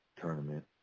tournament